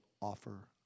offer